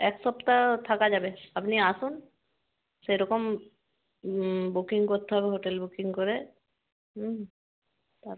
এক সপ্তাহ থাকা যাবে আপনি আসুন সেরকম বুকিং করতে হবে হোটেল বুকিং করে হুম তারপর